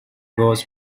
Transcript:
was